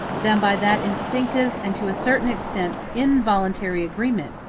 than by that instinctive, and to a certain extent involuntary agreement,